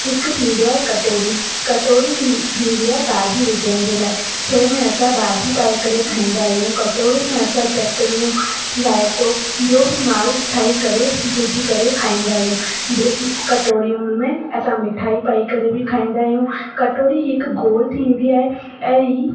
हिकु थींदो आहे कटोरी कटोरी थींदी आहे भाॼी विझण जे लाइ जंहिंमे असां भाॼी पाए करे खाईंदा आहियूं कटोरे में असां चटणियूं राइतो ॿियों बि माल ठाही करे विझी करे खाईंदा आहियूं ॿियों कटोरियूं में असां मिठाई पाई करे बि खाईंदा आहियूं कटोरी हिकु गोल थींदी आहे ऐं ई